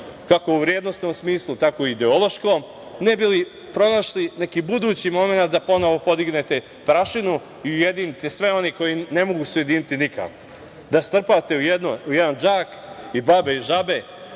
kako u vrednosnom smislu tako i u ideološkom, ne bi li pronašli neki budući momenat da ponovo podignete prašinu i ujedinite sve one koji se ne mogu ujediniti nikako, da strpate u jedan džak i "babe i žabe"